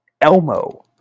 Elmo